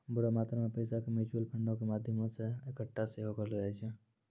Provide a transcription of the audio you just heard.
बड़ो मात्रा मे पैसा के म्यूचुअल फंडो के माध्यमो से एक्कठा सेहो करलो जाय छै